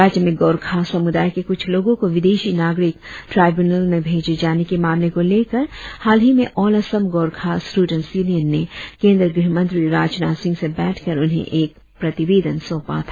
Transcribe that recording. राज्य में गोरखा समुदाय के कुछ लोगों को विदेशी नागरिक ट्राइब्यूनल में भेजे जाने के मामले को लेकर हाल ही में all Assam Gorkha students union ने केंद्रीय गृह मंत्री राजनाथ सिंह से भेंट कर उन्हें एक प्रतिवेदन सौंपा था